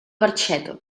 barxeta